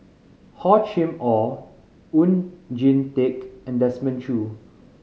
Hor Chim Or Oon Jin Teik and Desmond Choo